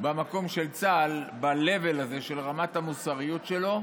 במקום של צה"ל, ב-level הזה של רמת המוסריות שלו.